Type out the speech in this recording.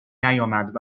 نیامد